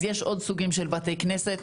אז יש עוד סוגים של בתי כנסת.